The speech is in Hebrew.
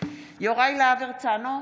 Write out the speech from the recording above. יוראי להב הרצנו,